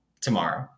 tomorrow